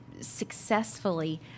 successfully